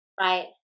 right